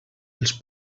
els